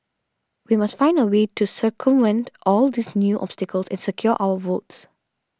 we must find a way to circumvent all these new obstacles and secure our votes